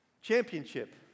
championship